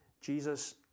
Jesus